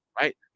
Right